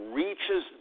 reaches